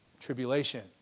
tribulation